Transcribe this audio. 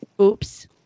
Oops